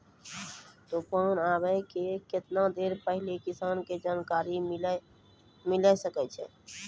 तूफान आबय के केतना देर पहिले किसान के जानकारी मिले सकते?